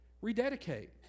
Rededicate